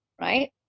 right